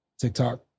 TikTok